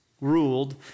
ruled